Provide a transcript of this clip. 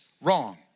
wrong